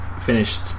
finished